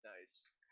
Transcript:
Nice